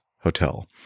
hotel